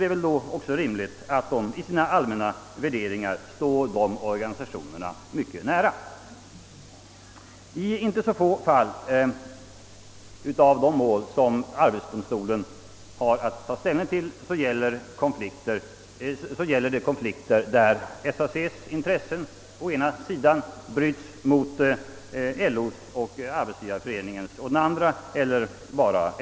Det är väl då också rimligt att anta, att de i sina allmänna värderingar står dessa organisationer mycket nära, Inte så få mål som arbetsdomstolen har att ta ställning till gäller konflikter, där å ena sidan SAC:s uppfattning bryts mot å andra sidan LO:s och arbetsgivareföreningens eller bara LO:s uppfattning.